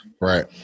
right